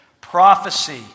prophecy